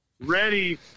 ready